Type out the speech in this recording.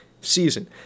season